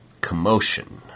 commotion